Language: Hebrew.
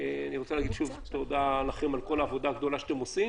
אני רוצה להגיד שוב תודה לכם על כל העבודה הגדולה שאתם עושים.